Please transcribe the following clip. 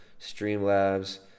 Streamlabs